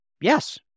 Yes